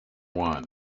one